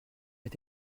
est